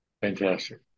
Fantastic